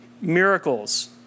Miracles